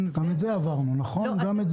זה גם עבר רציפות,